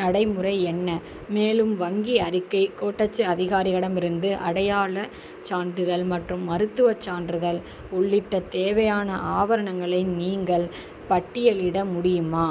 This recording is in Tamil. நடைமுறை என்ன மேலும் வங்கி அறிக்கை கோட்டச்சு அதிகாரியிடமிருந்து அடையாள சான்றிதழ் மற்றும் மருத்துவச் சான்றிதழ் உள்ளிட்ட தேவையான ஆவணங்களை நீங்கள் பட்டியலிட முடியுமா